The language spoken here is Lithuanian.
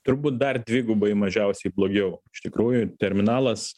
turbūt dar dvigubai mažiausiai blogiau iš tikrųjų terminalas